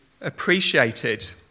appreciated